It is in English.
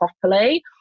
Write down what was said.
properly